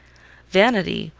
vanity,